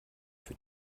für